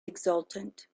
exultant